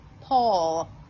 Paul